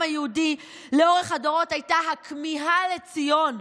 היהודי לאורך הדורות היה הכמיהה לציון,